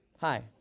Hi